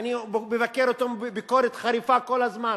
ואני מבקר אותו ביקורת חריפה כל הזמן,